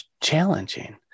challenging